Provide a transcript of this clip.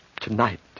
Tonight